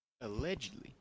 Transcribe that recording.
Allegedly